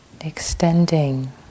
extending